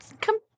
Come